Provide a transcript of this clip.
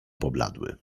pobladły